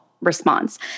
response